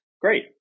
great